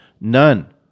None